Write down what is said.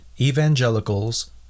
evangelicals